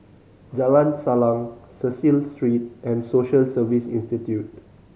Jalan Salang Cecil Street and Social Service Institute